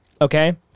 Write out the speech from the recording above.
Okay